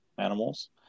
animals